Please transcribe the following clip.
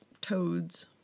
toads